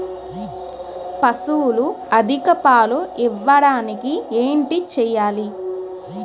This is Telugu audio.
పశువులు అధిక పాలు ఇవ్వడానికి ఏంటి చేయాలి